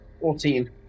Fourteen